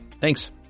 Thanks